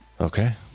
Okay